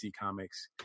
Comics